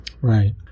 right